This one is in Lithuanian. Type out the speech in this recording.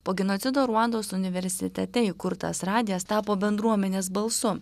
po genocido ruandos universitete įkurtas radijas tapo bendruomenės balsu